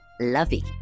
lovey